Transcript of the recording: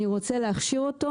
אני רוצה להכשיר אותו'